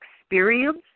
experience